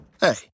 Hey